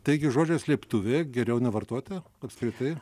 taigi žodžio slėptuvė geriau nevartoti apskritai